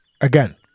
Again